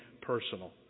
personal